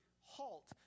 halt